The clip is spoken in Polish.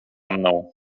mną